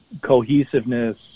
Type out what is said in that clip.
cohesiveness